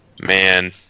Man